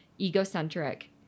egocentric